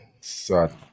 sad